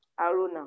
Aruna